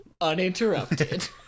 uninterrupted